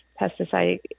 pesticide